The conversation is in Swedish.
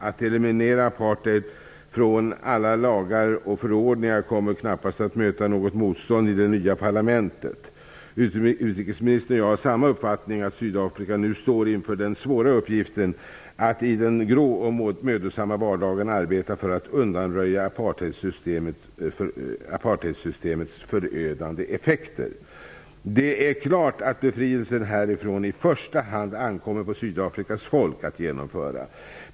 Att eliminera apartheid från alla lagar och förordningar kommer knappast att möta något motstånd i det nya parlamentet. Utrikesministern och jag delar uppfattningen att Sydafrika nu står inför den svåra uppgiften att i den grå och mödosamma vardagen arbeta för att undanröja apartheidsystemets förödande effekter. Det är klart att befrielsen härifrån i första hand ankommer på Sydafrikas folk att genomföra.